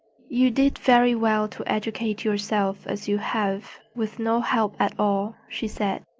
you did very well to educate yourself as you have, with no help at all, she said.